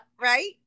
right